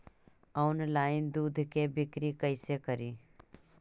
Online दुध के बिक्री कैसे करि?